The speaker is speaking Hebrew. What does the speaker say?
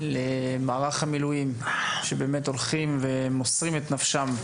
למערך המילואים, שבאמת הולכים ומוסרים את נפשם.